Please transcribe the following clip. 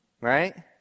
Right